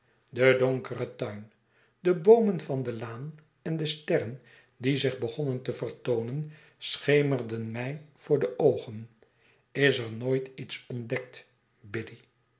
de donkere tuin de boomen van de laan en de sterren die zich begonnen te vertoonen schemerden mij voor de oogen is er nooit iets ontdekt